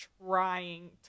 trying